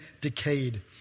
decayed